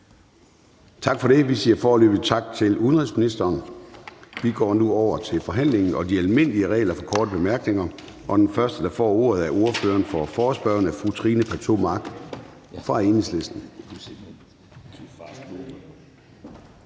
Tak for det. Vi siger foreløbig tak til udenrigsministeren. Vi går nu over til forhandlingen og de almindelige regler for korte bemærkninger. Den første, der får ordet, er ordføreren for forespørgerne, fru Trine Pertou Mach fra Enhedslisten.